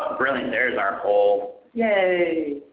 ah brilliant, there is our poll. yay!